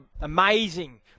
amazing